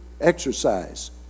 exercise